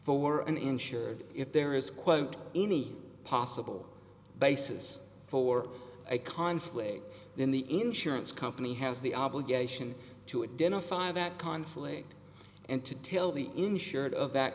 for an insured if there is quote any possible basis for a conflict then the insurance company has the obligation to a den of fire that conflict and to tell the insured of that